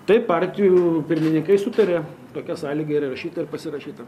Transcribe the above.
taip partijų pirmininkai sutarė tokia sąlyga yra įrašyta ir pasirašyta